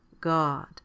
GOD